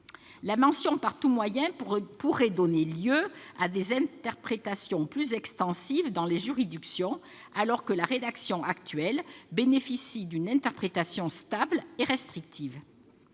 La mention « par tous moyens » pourrait donner lieu à des interprétations plus extensives dans les juridictions, alors que la rédaction actuelle bénéficie d'une interprétation stable et restrictive.